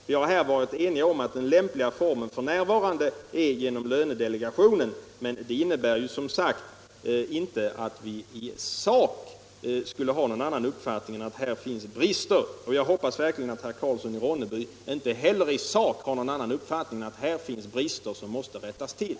Vi har varit eniga om att den lämpliga formen f. n. är att agera genom lönedelegationen. Det innebär som sagt inte att vi i sak skulle ha någon annan uppfattning än att det här finns brister. Och jag hoppas verkligen att inte heller herr Karlsson i Ronneby i sak har någon annan uppfattning än att det här finns brister, som måste rättas till.